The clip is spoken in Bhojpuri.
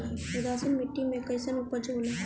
उदासीन मिट्टी में कईसन उपज होला?